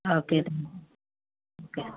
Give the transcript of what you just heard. okay అయితే okay